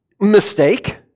mistake